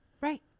Right